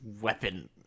weapon